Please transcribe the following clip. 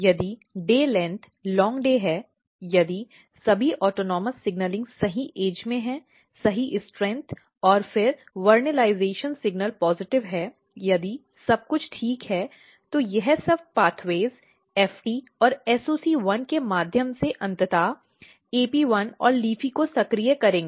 यदि दिन की लंबाई लंबा दिन है यदि सभी स्वायत्त सिग्नलिंग सही ऐजउ में है सही ताकत और फिर वर्नालाइजेशन सिग्नलिंग पॉजिटिव है यदि सब कुछ ठीक है तो यह सब मार्ग FT और SOC1 के माध्यम से अंततः AP1 और LEAFY को सक्रिय करेंगे